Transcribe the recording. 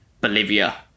Bolivia